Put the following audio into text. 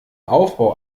aufbau